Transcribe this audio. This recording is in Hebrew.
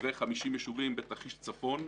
ו-50 יישובים בתרחיש צפון,